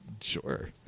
Sure